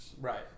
Right